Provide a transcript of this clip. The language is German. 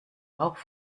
bauch